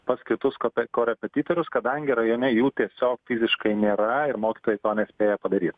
pas kitus kope korepetitorius kadangi rajone jų tiesiog fiziškai nėra ir mokytojai to nespėja padaryt